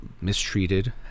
mistreated